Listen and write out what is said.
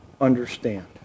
understand